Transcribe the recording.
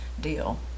deal